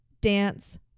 dance